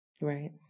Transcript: right